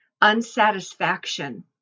unsatisfaction